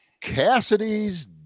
Cassidy's